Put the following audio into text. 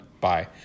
Bye